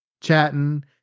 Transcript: chatting